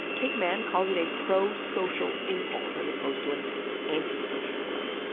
kate manne calls it a pro-social impulse, as opposed to an antisocial one.